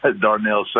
Darnell